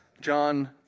John